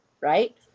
Right